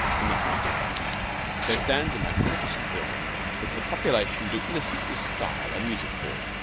in the heart of buffalo there stands a magnificent building which the population do innocently style a music-hall.